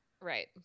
Right